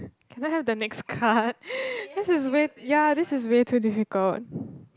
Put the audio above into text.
can I have the next card this is way ya this is way too difficult